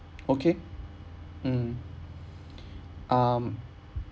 okay mmhmm um